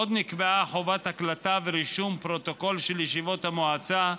עוד נקבעה חובת הקלטה ורישום פרוטוקול של ישיבות המועצה,